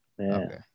okay